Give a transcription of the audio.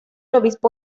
obispo